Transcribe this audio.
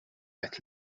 bed